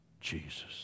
Jesus